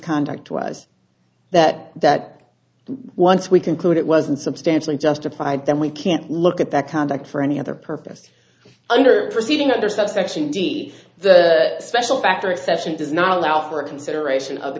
conduct was that that once we conclude it wasn't substantially justified then we can't look at that conduct for any other purpose under proceeding under subsection d the special factor exception does not allow for a consideration of the